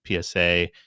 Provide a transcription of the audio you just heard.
PSA